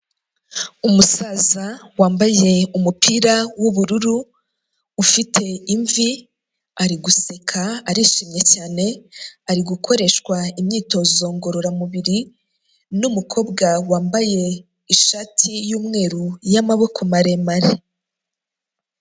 Umusaza wambaye umupira w'ubururu ufite imvi, ari guseka arishimye cyane ari gukoreshwa imyitozo ngororamubiri, n'umukobwa wambaye ishati yumweru y'amaboko maremare.